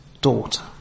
daughter